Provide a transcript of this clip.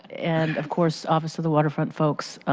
and of course, office of the waterfront folks.